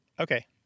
Okay